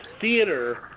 theater